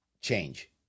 change